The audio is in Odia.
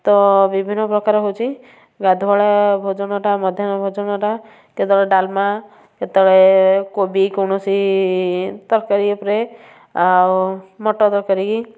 ତ ବିଭିନ୍ନ ପ୍ରକାର ହେଉଛି ଗାଧୁଆବେଳ ଭୋଜନଟା ମଧ୍ୟାନ୍ନ ଭୋଜନଟା କେତେବେଳେ ଡାଲମା କେତେବେଳେ କୋବି କୌଣସି ତରକାରୀ ଉପରେ ଆଉ ମଟର ତରକାରୀ